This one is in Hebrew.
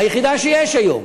היחידה שיש היום,